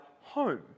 home